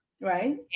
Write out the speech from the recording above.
right